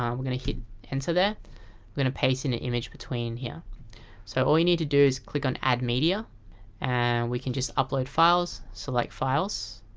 um we're gonna hit enter there and we're gonna paste in the image between here so all you need to do is click on add media and we can just upload files, select files